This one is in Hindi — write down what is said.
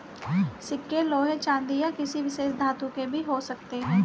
सिक्के लोहे चांदी या किसी विशेष धातु के भी हो सकते हैं